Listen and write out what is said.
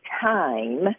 time